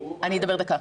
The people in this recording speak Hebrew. אני אדבר דקה.